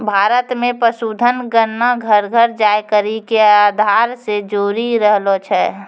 भारत मे पशुधन गणना घर घर जाय करि के आधार से जोरी रहलो छै